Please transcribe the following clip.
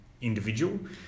individual